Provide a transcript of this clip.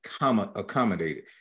accommodated